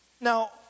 Now